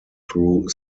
through